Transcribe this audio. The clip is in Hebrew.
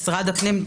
משרד הפנים,